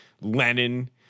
Lenin